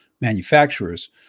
manufacturers